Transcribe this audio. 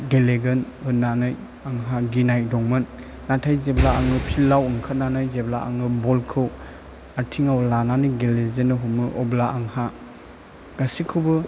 गेलेगोन होननानै आंहा गिनाय दंमोन नाथाय जेब्ला आङो फिल्दाव ओंखारनानै जेब्ला आङो बलखौ आथिंयाव लानानै गेलेजेन्नो हमो अब्ला आंहा गासिबखौबो